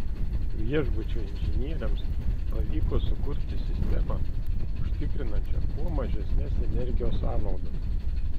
viešbučio inžinieriams pavyko sukurti sistemą užtikrinančią kuo mažesnes energijos sąnaudas